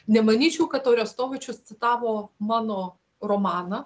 nemanyčiau kad orestovičius citavo mano romaną